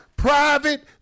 Private